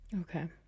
Okay